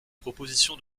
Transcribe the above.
proposition